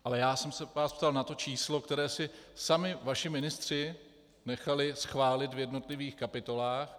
Ale já jsem se vás ptal na to číslo, které si sami vaši ministři nechali schválit v jednotlivých kapitolách.